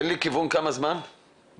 תן לי כיוון כמה זמן בערך?